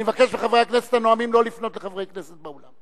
אני מבקש מחברי הכנסת הנואמים לא לפנות לחברי כנסת באולם.